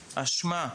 אשמה,